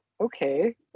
okay